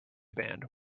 band